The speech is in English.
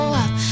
up